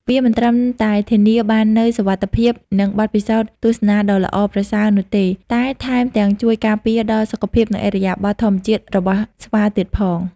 វាមិនត្រឹមតែធានាបាននូវសុវត្ថិភាព និងបទពិសោធន៍ទស្សនាដ៏ល្អប្រសើរនោះទេ តែថែមទាំងជួយការពារដល់សុខភាព និងឥរិយាបថធម្មជាតិរបស់ស្វាទៀតផង។